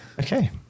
Okay